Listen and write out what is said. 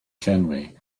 llenwi